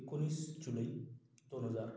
एकोणीस जुलै दोन हजार